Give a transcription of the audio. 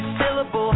syllable